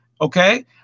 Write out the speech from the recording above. okay